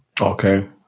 Okay